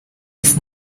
jest